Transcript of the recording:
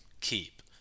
keep